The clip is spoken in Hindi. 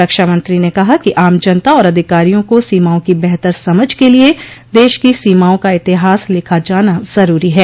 रक्षा मंत्री ने कहा कि आम जनता और अधिकारियों को सीमाओं की बेहतर समझ के लिए देश की सीमाओं का इतिहास लिखा जाना जरूरी है